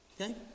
Okay